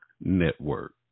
Network